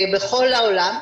בכל העולם,